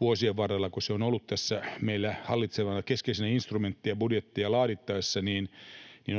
Vuosien varrella, kun se on ollut tässä meillä hallitsevana, keskeisenä instrumenttina budjettia laadittaessa,